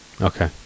Okay